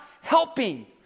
helping